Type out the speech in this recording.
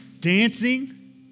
Dancing